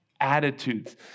attitudes